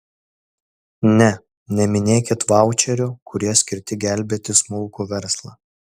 ne neminėkit vaučerių kurie skirti gelbėti smulkų verslą